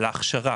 על ההכשרה,